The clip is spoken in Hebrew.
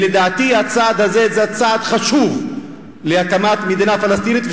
לדעתי הצעד הזה זה צעד חשוב להקמת מדינה פלסטינית.